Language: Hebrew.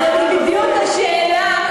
אז זו בדיוק השאלה.